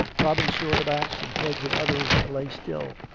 robin saw the backs and heads of others that lay still.